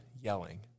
yelling